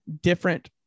different